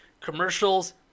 commercials